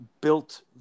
built